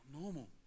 normal